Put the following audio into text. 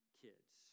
kids